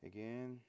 Again